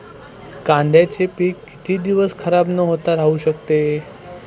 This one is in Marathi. कांद्याचे पीक किती दिवस खराब न होता राहू शकते?